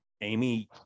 Amy